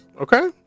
okay